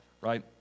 right